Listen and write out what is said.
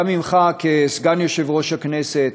גם ממך כסגן יושב-ראש הכנסת,